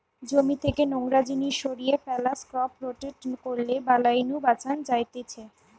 জমি থেকে নোংরা জিনিস সরিয়ে ফ্যালা, ক্রপ রোটেট করলে বালাই নু বাঁচান যায়তিছে